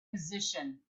position